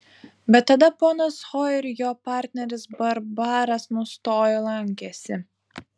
bet tada ponas ho ir jo partneris barbaras nustojo lankęsi